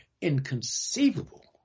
inconceivable